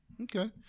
Okay